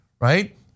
right